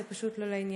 זה פשוט לא לעניין.